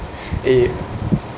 eh